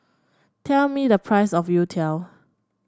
tell me the price of youtiao